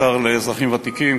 השר לאזרחים ותיקים,